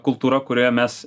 kultūra kurioje mes